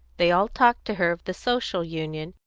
they all talked to her of the social union,